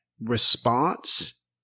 response